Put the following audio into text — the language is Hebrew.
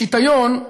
שיטיון,